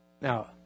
Now